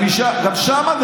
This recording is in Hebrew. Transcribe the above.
גם שם,